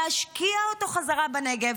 להשקיע אותו חזרה בנגב